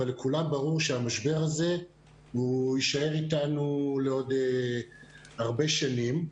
אבל לכולם ברור שהמשבר הזה יישאר אתנו לעוד הרבה שנים,